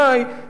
נדחף,